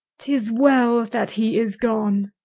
tis well that he is gone,